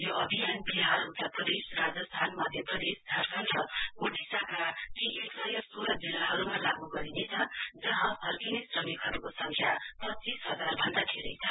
यो अभियान बिहारउत्तर प्रदेशराजस्थानमध्य प्रदेशझारखण्ड र ओडिसाका ती एकसय सोहर जिल्लाहरुमा लागू गरिनेछ जहाँ फर्किने श्रमिकहरुको संख्य पच्चीस हजार भन्द धेरै छ